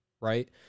right